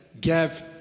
Give